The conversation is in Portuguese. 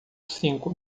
cinco